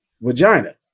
vagina